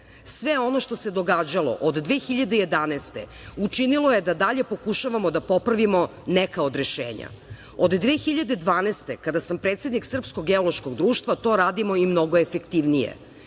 Sve ono što se događalo od 2011. godine učinilo je da dalje pokušavamo da popravimo neka od rešenja. Od 2012. godine, kada sam predsednik Srpskog geološkog društva, to radimo i mnogo efektivnije. Objasnio